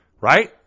right